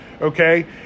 okay